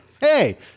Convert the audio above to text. hey